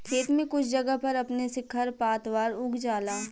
खेत में कुछ जगह पर अपने से खर पातवार उग जाला